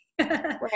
right